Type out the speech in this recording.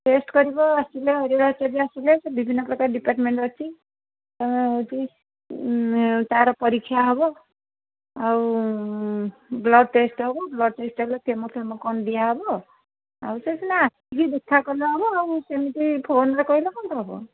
test କରିବ ଆସିଲେ ହରିହର ଆଚାର୍ଯ୍ୟ ଆସିଲେ ସେ ବିଭିନ୍ନ ପ୍ରକାର ଡିପାର୍ଟମେଣ୍ଟ ଅଛି ହେଉଛି ତାର ପରୀକ୍ଷା ହେବ ଆଉ ବ୍ଲଡ଼୍ ଟେଷ୍ଟ ହେବ ବ୍ଲଡ଼୍ ଟେଷ୍ଟ ହେଲେ କେମୋ ଫେମୋ କ'ଣ ଦିଆ ହେବ ଆଉ ସେ ସିନା ଆସିକି ଦେଖା କଲେ ହେବ ଆଉ ସେମିତି ଫୋନ୍ରେ କହିଲେ କେମିତି ହେବ